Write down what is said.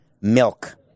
Milk